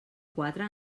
quatre